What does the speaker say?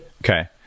Okay